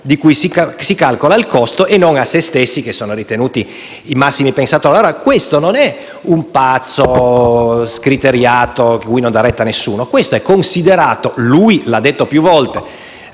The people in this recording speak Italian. di cui si calcola il costo, e non a loro stessi, che sono ritenuti i massimi pensatori. Ma costui non è un pazzo scriteriato cui non dà retta nessuno. Costui è considerato (e lui stesso lo ha detto più volte)